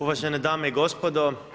Uvažene dame i gospodo.